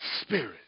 spirit